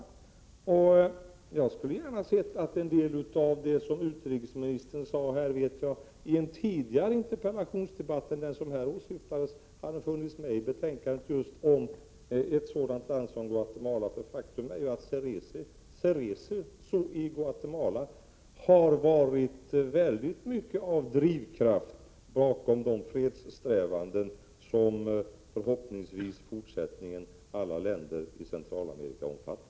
Just om ett sådant land som Guatemala skulle jag gärna ha sett att en del av vad utrikesministern sade i en tidigare interpellationsdebatt än den som här åsyftats hade funnits med i betänkandet. Faktum är ju att Cerezo i Guatemala har varit en stor drivkraft i de fredssträvanden som förhoppningsvis i fortsättningen alla länder i Centralamerika skall omfatta.